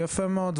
יפה מאוד,